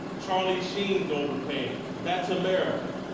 charlie sheen's overpaid. that's america.